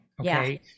okay